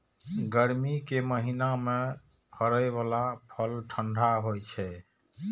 गर्मी के महीना मे फड़ै बला फल ठंढा होइ छै